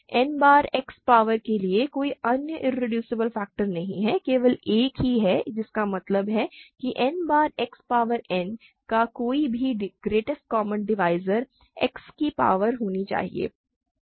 n बार X power के लिए कोई अन्य इरेड्यूसेबल फैक्टर्स नहीं है केवल एक ही है जिसका मतलब है कि n बार X पावर n का कोई भी डिवाइज़र एक्स की शक्ति होना चाहिए